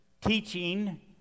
teaching